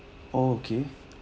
oh okay